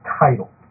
title